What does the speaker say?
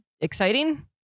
exciting